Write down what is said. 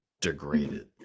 degraded